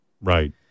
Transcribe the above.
Right